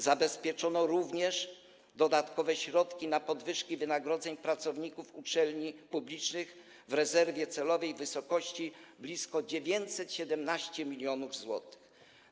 Zabezpieczono również dodatkowe środki na podwyżki wynagrodzeń pracowników uczelni publicznych w rezerwie celowej w wysokości blisko 917 mln zł.